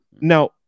Now